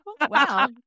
Wow